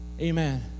amen